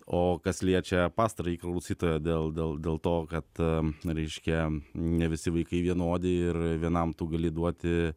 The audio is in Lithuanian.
o kas liečia pastarąjį klausytoją dėl dėl dėl to kad reiškia ne visi vaikai vienodi ir vienam tu gali duoti